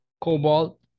Cobalt